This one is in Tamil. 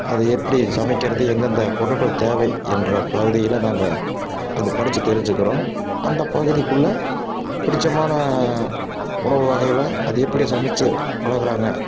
அதை எப்படி சமைக்கிறது எந்தெந்த பொருட்கள் தேவை என்ற பகுதியில் நாங்கள் அது படிச்சு தெரிஞ்சிக்குறோம் அந்த பகுதிக்குள்ளே பிடிச்சமான உணவு வகைகளை அதை எப்படி சமைச்சு பழகுறாங்க